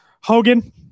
Hogan